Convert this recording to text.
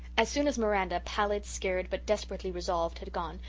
as soon as miranda, pallid, scared, but desperately resolved, had gone,